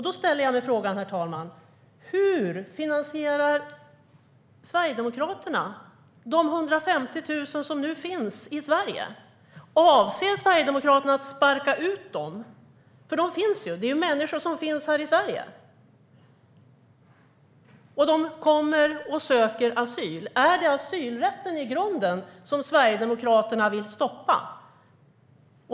Då ställer jag mig frågan, herr talman: Hur finansierar Sverigedemokraterna de 150 000 som nu finns i Sverige? Avser Sverigedemokraterna att sparka ut dem? De finns ju - det är människor som finns här i Sverige. De kommer hit och söker asyl. Är det i grunden asylrätten som Sverigedemokraterna vill stoppa?